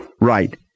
Right